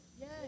Yes